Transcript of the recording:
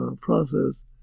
process